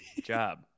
Job